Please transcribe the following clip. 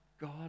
God